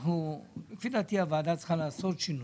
לפי דעתי, הוועדה צריכה לעשות שינויים.